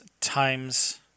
times